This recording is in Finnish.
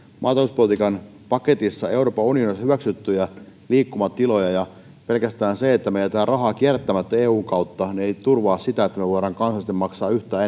maatalouspolitiikan paketissa euroopan unionissa hyväksyttyjä liikkumatiloja ja pelkästään se että me jätämme rahaa kierrättämättä eun kautta ei turvaa sitä että me voimme kansallisesti maksaa yhtään